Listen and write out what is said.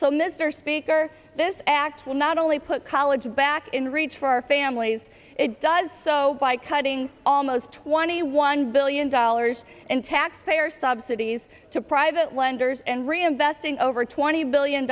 so mr speaker this act will no not only put college back in reach for our families it does so by cutting almost twenty one billion dollars in taxpayer subsidies to private lenders and reinvesting over twenty billion